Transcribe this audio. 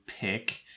pick